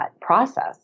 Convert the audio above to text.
process